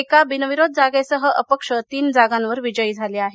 एका बिनविरोध जागेसह अपक्ष तीन जागांवर विजयी झाले आहेत